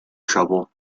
trouble